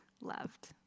loved